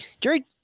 Jerry